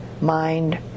mind